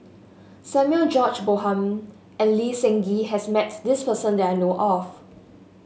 Samuel George Bonham and Lee Seng Gee has met this person that I know of